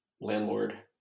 landlord